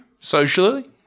socially